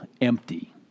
empty